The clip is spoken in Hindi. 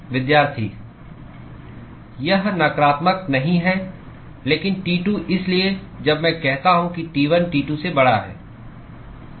यह नकारात्मक नहीं है लेकिन T2 इसलिए जब मैं कहता हूं कि T1 T2 से बड़ा है